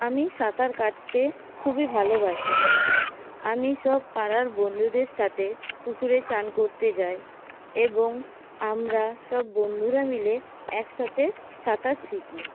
আমি সাঁতার কাটতে খুবই ভালোবাসি আমি সব পাড়ার বন্ধুদের সাথে পুকুরে স্নান করতে যাই এবং আমরা সব বন্ধুরা মিলে একসাথে সাঁতার শিখি